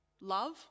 love